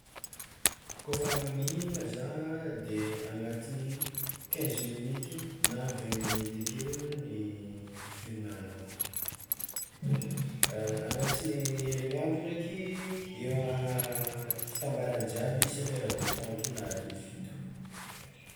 Kôfa mihignagna zah de agnatin'ny quinze minutes na vingt minute akeo ny fihinanako, agnatin'ny herigniandro ndraiky, eo agn- fitambarany jiaby sept heures de temps ake na adin'ny fito.